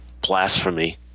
blasphemy